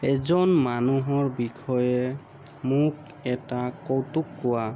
এজন মানুহৰ বিষয়ে মোক এটা কৌতুক কোৱা